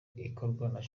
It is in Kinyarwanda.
ikorwa